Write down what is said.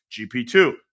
GP2